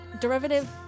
derivative